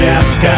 ask